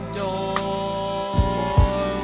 door